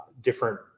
different